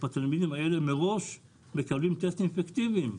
התלמידים האלה מקבלים מראש טסטים פיקטיביים,